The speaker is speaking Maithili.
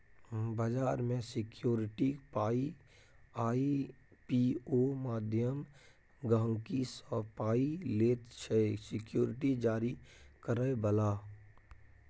बजार मे सिक्युरिटीक पाइ आइ.पी.ओ माध्यमे गहिंकी सँ पाइ लैत छै सिक्युरिटी जारी करय बला